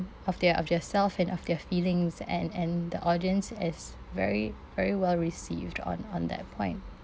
m~ of their of their self and of their feelings and and the audience is very very well received on on that point